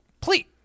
please